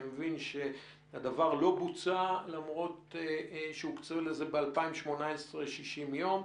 אני מבין שהדבר לא בוצע למרות שהוקצו לזה ב-2018 60 יום.